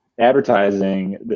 advertising